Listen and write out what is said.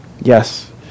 yes